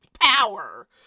power